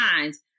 minds